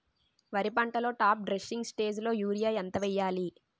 వరి పంటలో top dressing స్టేజిలో యూరియా ఎంత వెయ్యాలి?